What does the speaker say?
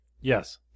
Yes